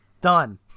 Done